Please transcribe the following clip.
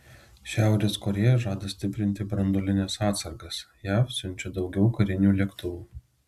šiaurės korėja žada stiprinti branduolines atsargas jav siunčia daugiau karinių lėktuvų